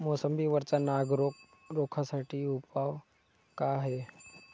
मोसंबी वरचा नाग रोग रोखा साठी उपाव का हाये?